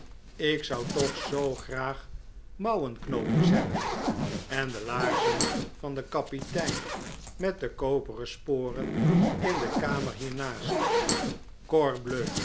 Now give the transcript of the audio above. ik zou toch zoo graag mouwenknoopjes hebben en de laarzen van den kapitein met de koperen sporen in de kamer hiernaast